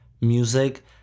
music